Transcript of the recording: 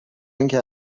آنکه